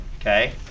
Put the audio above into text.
Okay